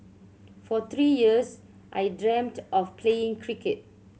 for three years I dreamed of playing cricket